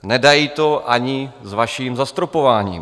Nedají to ani s vaším zastropováním.